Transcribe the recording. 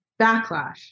backlash